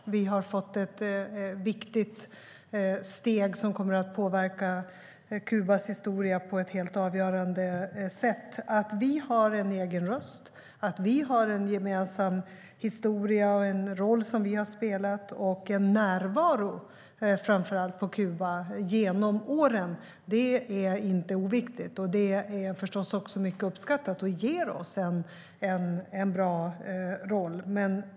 Vi har fått ett viktigt steg som kommer att påverka Kubas historia på ett helt avgörande sätt. Att vi har en egen röst, en gemensam historia och en roll som vi har spelat och framför allt en närvaro på Kuba genom åren är inte oviktigt. Det är också mycket uppskattat och ger oss en bra roll.